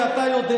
כי אתה יודע,